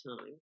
time